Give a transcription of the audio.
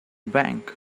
bank